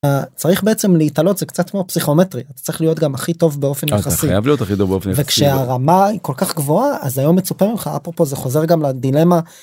צריך בעצם להתעלות זה קצת כמו פסיכומטרי צריך להיות, אתה חייב להיות גם הכי טוב באופן יחסי... וכשהרמה היא כל כך גבוהה אז היום מצופה ממך, אפרופו זה חוזר גם לדילמה.